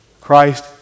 Christ